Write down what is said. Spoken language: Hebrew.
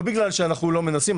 לא בגלל שאנחנו לא מנסים,